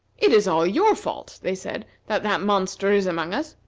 it is all your fault, they said, that that monster is among us.